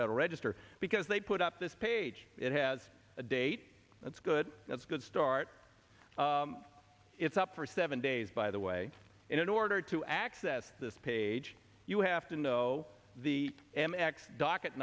federal register because they put up this page it has a date that's good that's a good start it's up for seven days by the way in order to access this page you have to know the m x docket